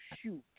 shoot